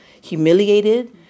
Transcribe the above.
humiliated